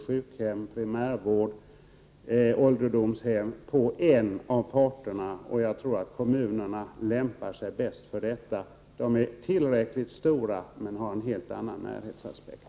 sjukhem, primärvård och ålderdomshem, på en av parterna, och kommunerna lämpar sig nog bäst för detta. De är tillräckligt stora men har en helt annan närhetsaspekt.